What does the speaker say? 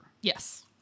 Yes